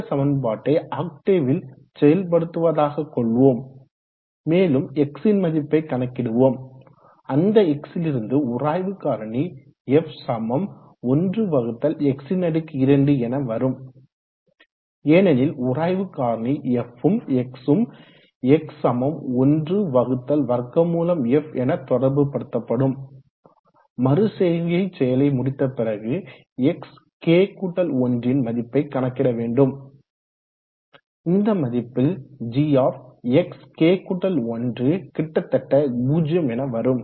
இந்த சமன்பாட்டை ஆக்டேவில் செயல்படுத்துவதாக கொள்வோம் மேலும் x ன் மதிப்பை கணக்கிடுவோம் அந்த x லிருந்து உராய்வு காரணி f 1x2 என வரும் ஏனெனில் உராய்வு காரணி f மும் x ம் x 1√f என தொடர்புப்படுத்தப்படும் மறுசெய்கை செயலை முடித்த பிறகு xk1 ன் மதிப்பை கணக்கிட வேண்டும் இந்த மதிப்பில் gxk1 கிட்டத்தட்ட 0 என வரும்